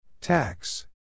Tax